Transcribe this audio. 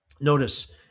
Notice